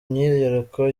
myiyereko